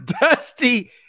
Dusty